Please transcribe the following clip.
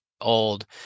old